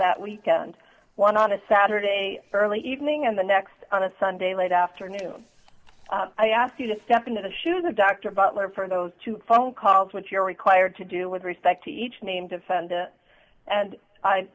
that weekend one on a saturday early evening and the next on a sunday late afternoon i ask you to step into the shoes of dr butler for those two phone calls what you're required to do with respect to each name defendant and i